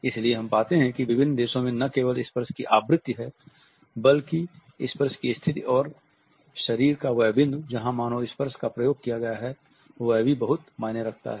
इसलिए हम पाते हैं कि विभिन्न देशों में न केवल स्पर्श की आवृत्ति है बल्कि स्पर्श की स्थिति और शरीर का वह बिंदु जहां मानव स्पर्श का प्रयोग किया गया है भी बहुत मायने रखता है